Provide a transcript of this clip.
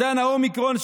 זן האומיקרון,